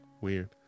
Weird